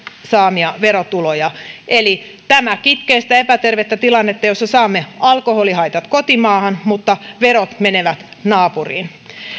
saamia verotuloja eli tämä kitkee sitä epätervettä tilannetta jossa saamme alkoholihaitat kotimaahan mutta verot menevät naapuriin